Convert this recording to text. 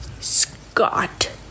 Scott